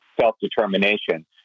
self-determination